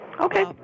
Okay